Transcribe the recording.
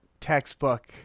textbook